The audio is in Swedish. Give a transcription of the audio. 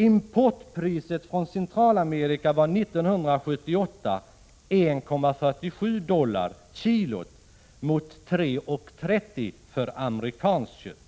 Importpriset från Centralamerika 1978 var 1,47 dollar per kg mot 3,30 för amerikanskt kött.